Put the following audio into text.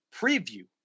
preview